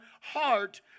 heart